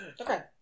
Okay